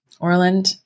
orland